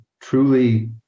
truly